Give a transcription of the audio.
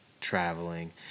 traveling